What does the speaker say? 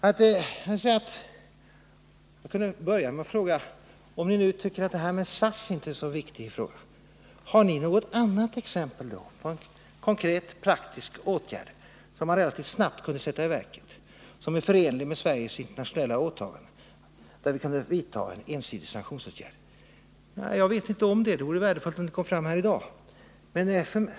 Jag kunde börja med att fråga: Om ni nu tycker att det här med SAS inte är någon särskilt viktig fråga, har ni då något annat exempel på en konkret ensidig sanktionsåtgärd, som man relativt snabbt kunde sätta i verket och som är förenlig med Sveriges internationella åtaganden. Jag känner inte till något sådant exempel, men det vore värdefullt om det kom fram här i dag.